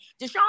Deshaun